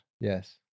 Yes